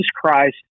Christ